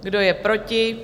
Kdo je proti?